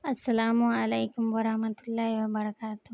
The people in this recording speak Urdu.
السلام علیکم ورحمتہ اللہ وبرکاتہ